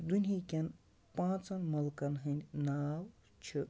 دُنہیٖکٮ۪ن پانٛژَن مُلکَن ہٕنٛدۍ ناو چھِ